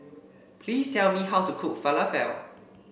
please tell me how to cook Falafel